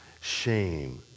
Shame